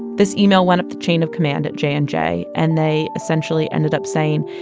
this email went up the chain of command at j and j and they essentially ended up saying,